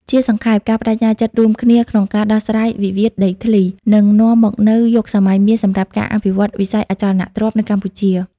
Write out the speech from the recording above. ជាសង្ខេប ការប្ដេជ្ញាចិត្តរួមគ្នាក្នុងការដោះស្រាយវិវាទដីធ្លី នឹងនាំមកនូវយុគសម័យមាសសម្រាប់ការអភិវឌ្ឍវិស័យអចលនទ្រព្យនៅកម្ពុជា។